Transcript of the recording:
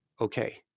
okay